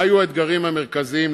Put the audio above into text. מה היו האתגרים המרכזיים,